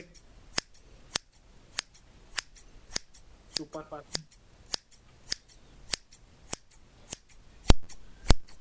थी सघे तो भईया सूपर फास्ट में कढिजो ना छोकी छाए हो छट पूजा आए न हिनजे हिसाब सां मुखे थोड़ो वंञणो आ त पो लॉन्ग रुट आ हिन लाए